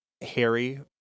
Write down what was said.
harry